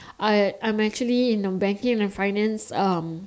I I'm actually in the banking and finance um